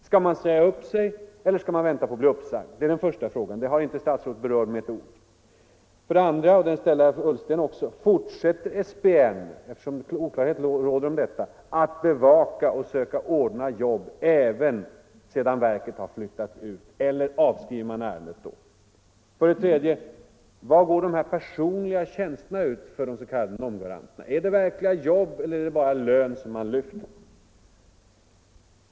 Skall man säga upp sig eller skall man vänta på att bli uppsagd? Den frågan har statsrådet inte berört med ett ord. För det andra — den frågan ställde herr Ullsten också —-: Fortsätter statens personalnämnd — det råder oklarhet om det — att bevaka och söka att ordna jobb även sedan verket har flyttat ut, eller avskriver man ärendet då? För det tredje: Vad går de här personliga tjänsterna för de s.k. NOM garanterna ut på? Är det verkliga jobb eller är det bara lön som man lyfter?